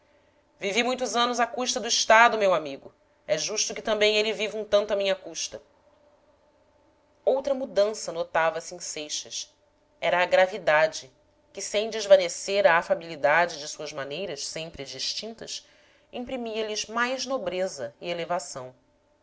vivi muitos anos à custa do estado meu amigo é justo que também ele viva um tanto à minha custa outra mudança notava-se em seixas era a gravidade que sem desvanecer a afabilidade de suas maneiras sempre distintas imprimia lhes mais nobreza e elevação